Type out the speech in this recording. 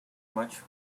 much